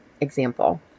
example